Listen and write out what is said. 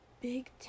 big